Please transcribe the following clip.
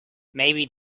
maybe